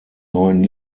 neuen